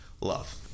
love